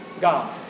God